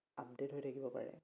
update হৈ থাকিব পাৰে